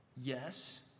Yes